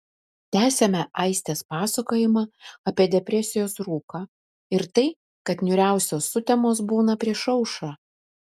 tęsiame aistės pasakojimą apie depresijos rūką ir tai kad niūriausios sutemos būna prieš aušrą